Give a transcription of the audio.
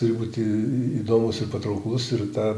turi būti įdomus ir patrauklus ir tą